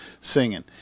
singing